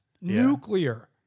Nuclear